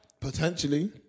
Potentially